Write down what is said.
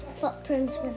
footprints